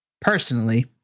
personally